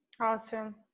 Awesome